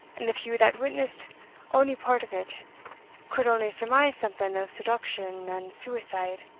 and the few that witnessed ony part of it could only surmise something of seduction and suicide.